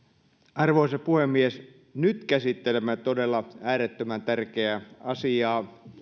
arvoisa puhemies nyt käsittelemme todella äärettömän tärkeää asiaa